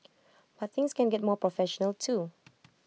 but things can get more professional too